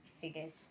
figures